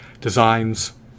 designs